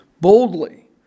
boldly